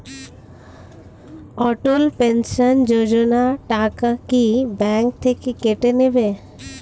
অটল pension Yojana টাকা কি bank থেকে কেটে নেবে?